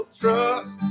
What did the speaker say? trust